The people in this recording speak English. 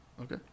Okay